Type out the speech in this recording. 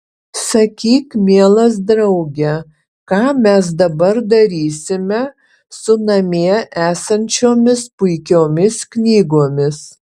sakyk mielas drauge ką mes dabar darysime su namie esančiomis puikiomis knygomis